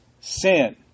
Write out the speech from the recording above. sin